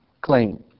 claim